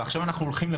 עכשיו אנחנו הולכים,